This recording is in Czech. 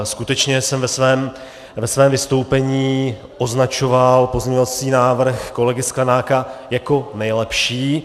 Skutečně jsem ve svém vystoupení označoval pozměňovací návrh kolegy Sklenáka jako nejlepší.